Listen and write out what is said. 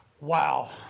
Wow